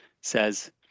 says